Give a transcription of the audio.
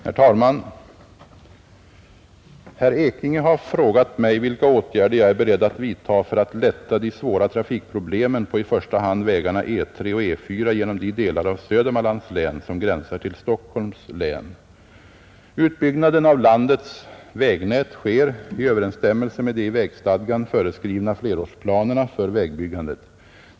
Herr talman! Herr Ekinge har frågat mig vilka åtgärder jag är beredd att vidtaga för att lätta de svåra trafikproblemen på i första hand vägarna E 3 och E 4 genom de delar av Södermanlands län som gränsar till Stockholms län. Utbyggnaden av landets vägnät sker i överensstämmelse med de i vägstadgan föreskrivna flerårsplanerna för vägbyggandet.